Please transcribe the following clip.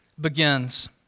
begins